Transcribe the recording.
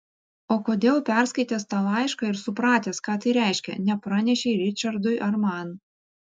o kodėl perskaitęs tą laišką ir supratęs ką tai reiškia nepranešei ričardui ar man